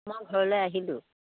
মই ঘৰলৈ আহিলোঁ